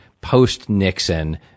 post-Nixon